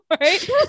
right